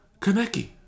Kaneki